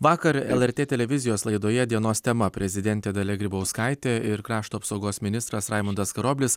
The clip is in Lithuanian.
vakar lrt televizijos laidoje dienos tema prezidentė dalia grybauskaitė ir krašto apsaugos ministras raimundas karoblis